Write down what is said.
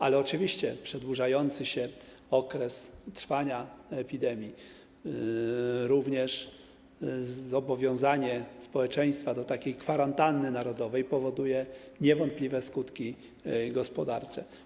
Ale oczywiście zarówno przedłużający się okres trwania epidemii, jak i zobowiązanie społeczeństwa do kwarantanny narodowej powodują niewątpliwe skutki gospodarcze.